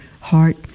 heart